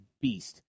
beast